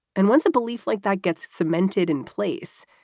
and once a belief like that gets cemented in place,